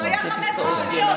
זה היה 15 שניות.